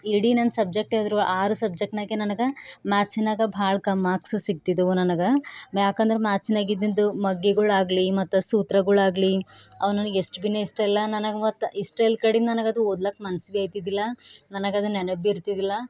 ಇಡೀ ನನ್ನ ಸಬ್ಜೆಕ್ಟ್ ಎದುರು ಆರು ಸಬ್ಜೆಕ್ಟ್ನಾಗೆ ನನಗೆ ಮ್ಯಾಥ್ಸಿನಾಗ ಭಾಳ ಕಮ್ ಮಾರ್ಕ್ಸ ಸಿಕ್ತಿದ್ದವು ನನಗೆ ಏಕೆಂದ್ರೆ ಮ್ಯಾಥ್ಸಿನಾಗಿದ್ದಿದ್ದು ಮಗ್ಗಿಗಳಾಗಲಿ ಮತ್ತು ಸೂತ್ರಗಳಾಗ್ಲಿ ಅವು ನನಗೆ ಎಷ್ಟು ಭೀನೇ ಇಷ್ಟ ಇಲ್ಲ ನನಗೆ ಮತ್ತು ಇಷ್ಟ ಇಲ್ಲದ ಕಡೆ ನನಗದು ಓದ್ಲಿಕ್ಕೆ ಮನಸ್ಸು ಭೀ ಆಯ್ತಿದ್ದಿಲ್ಲ ನನಗದು ನೆನಪು ಭೀ ಇರ್ತಿದ್ದಿಲ್ಲ